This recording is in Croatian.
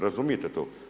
Razumijete to?